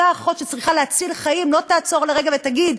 אותה אחות שצריכה להציל חיים לא תעצור לרגע ותגיד: